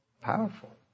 Powerful